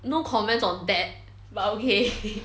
no comments on that but okay